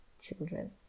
children